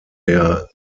der